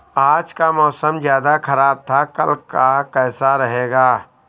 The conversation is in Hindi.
आज का मौसम ज्यादा ख़राब था कल का कैसा रहेगा?